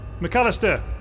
McAllister